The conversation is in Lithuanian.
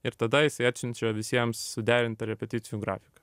ir tada jisai atsiunčia visiems suderintą repeticijų grafiką